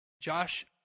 Josh